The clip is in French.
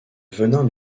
venin